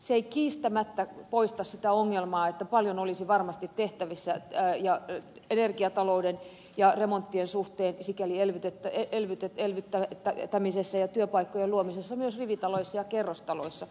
se ei kiistämättä poista sitä ongelmaa että paljon olisi varmasti tehtävissä energiatalouden ja remonttien suhteen elvyttämisessä ja työpaikkojen luomisessa myös rivitaloissa ja kerrostaloissa